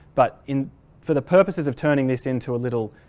but in for the purposes of turning this into a little